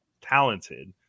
talented